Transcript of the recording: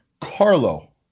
Carlo